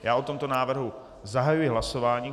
Já o tomto návrhu zahajuji hlasování.